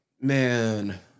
man